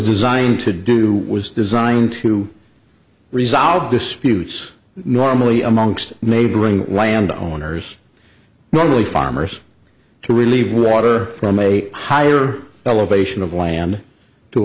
designed to do was designed to resolve disputes normally amongst neighboring land owners normally farmers to relieve water from a higher elevation of land to